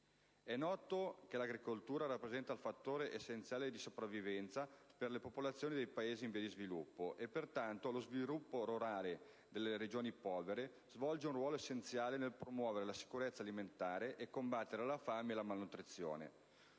È noto che l'agricoltura rappresenta il fattore essenziale di sopravvivenza per le popolazioni dei Paesi in via di sviluppo e pertanto lo sviluppo rurale delle regioni povere svolge un ruolo essenziale nel promuovere la sicurezza alimentare e combattere la fame e la malnutrizione;